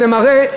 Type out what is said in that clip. זה מראה,